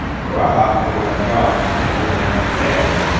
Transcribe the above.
so i hopped in my car and went down to marion,